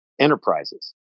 enterprises